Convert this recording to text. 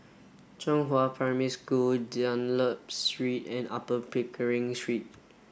Zhenghua Primary School Dunlop Street and Upper Pickering Street